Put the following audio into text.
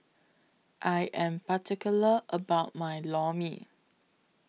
I Am particular about My Lor Mee